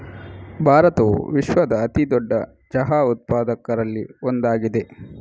ಭಾರತವು ವಿಶ್ವದ ಅತಿ ದೊಡ್ಡ ಚಹಾ ಉತ್ಪಾದಕರಲ್ಲಿ ಒಂದಾಗಿದೆ